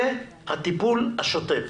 זה הטיפול השוטף